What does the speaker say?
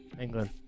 England